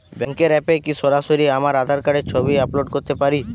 ব্যাংকের অ্যাপ এ কি সরাসরি আমার আঁধার কার্ডের ছবি আপলোড করতে পারি?